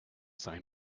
sein